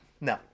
no